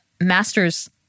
master's